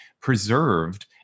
preserved